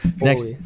Next